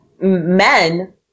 men